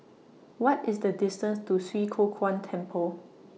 What IS The distance to Swee Kow Kuan Temple